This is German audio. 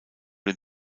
dem